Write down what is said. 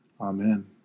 Amen